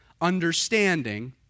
understanding